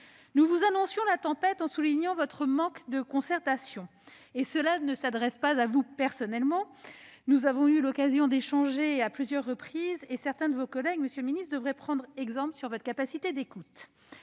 nous vous annoncions la tempête en soulignant votre manque de concertation. Ces propos ne s'adressent pas à vous personnellement : nous avons eu l'occasion d'échanger à plusieurs reprises et certains de vos collègues devraient s'inspirer de votre capacité d'écoute